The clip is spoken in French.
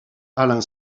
alain